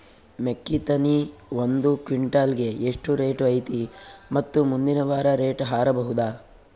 ಮೆಕ್ಕಿ ತೆನಿ ಒಂದು ಕ್ವಿಂಟಾಲ್ ಗೆ ಎಷ್ಟು ರೇಟು ಐತಿ ಮತ್ತು ಮುಂದಿನ ವಾರ ರೇಟ್ ಹಾರಬಹುದ?